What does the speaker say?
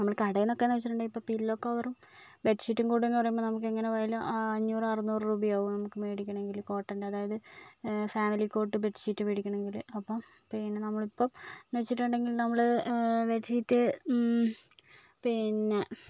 നമ്മൾ കടയിൽ നിന്നൊക്കെ വെച്ചിട്ടുണ്ടെങ്കിൽ ഇപ്പോൾ പില്ലോ കവറും ബെഡ് ഷീറ്റും കൂടെയെന്ന് പറയുമ്പോൾ എങ്ങനെ പോയാലും അഞ്ഞൂറ് അറുനൂറ് രൂപയാകും നമുക്ക് മേടിക്കണമെങ്കിൽ കോട്ടൻ്റെ അതായത് ഫാമിലിക്കോട്ട് ബെഡ് ഷീറ്റ് മേടിക്കണമെങ്കിൽ അപ്പോൾ പിന്നെ നമ്മൾ ഇപ്പോഴെന്ന് വെച്ചിട്ടുണ്ടെങ്കിൽ നമ്മൾ ബെഡ് ഷീറ്റ് പിന്നെ